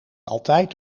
altijd